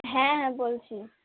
হ্যাঁ হ্যাঁ বলছি